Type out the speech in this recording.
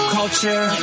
culture